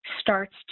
starts